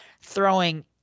throwing